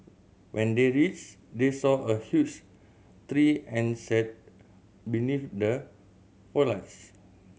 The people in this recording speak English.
when they reached they saw a huge tree and sat beneath the foliage